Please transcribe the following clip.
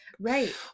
right